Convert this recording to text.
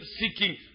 seeking